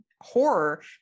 horror